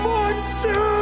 Monster